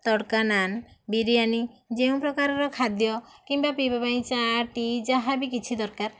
ତଡ଼କା ନାନ୍ ବିରିୟାନି ଯେଉଁ ପ୍ରକାରର ଖାଦ୍ୟ କିମ୍ବା ପିଇବା ପାଇଁ ଚା' ଟି ଯାହାବି କିଛି ଦରକାର